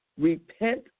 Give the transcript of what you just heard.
repent